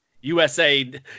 USA